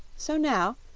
so now,